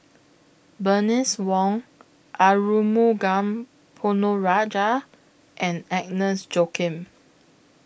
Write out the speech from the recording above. Bernice Wong Arumugam Ponnu Rajah and Agnes Joaquim